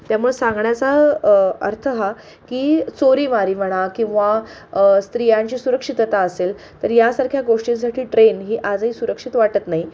त्यामुळे सांगण्याचा अर्थ हा की चोरीमारी म्हणा किंवा स्त्रियांची सुरक्षितता असेल तर यासारख्या गोष्टींसाठी ट्रेन ही आजही सुरक्षित वाटत नाही